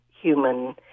human